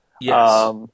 Yes